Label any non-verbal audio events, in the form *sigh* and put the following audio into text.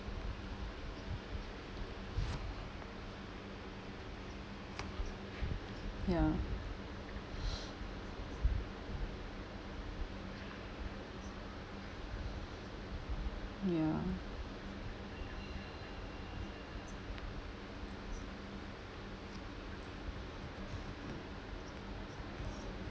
ya *noise* ya